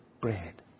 bread